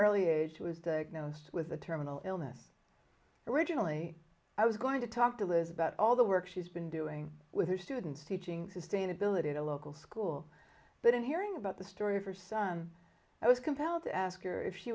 early age was the most with a terminal illness originally i was going to talk to liz about all the work she's been doing with her students teaching sustainability at a local school but in hearing about the story of her son i was compelled to ask your if she